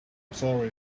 sorry